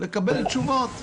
לקבל תשובות.